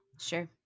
sure